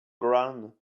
ground